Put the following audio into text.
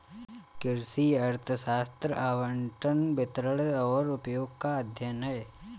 कृषि अर्थशास्त्र आवंटन, वितरण और उपयोग का अध्ययन है